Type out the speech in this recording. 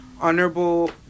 Honorable